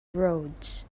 roads